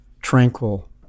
tranquil